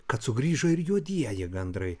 kad sugrįžo ir juodieji gandrai